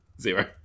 zero